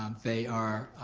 um they are